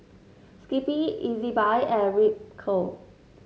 Skippy Ezbuy and Ripcurl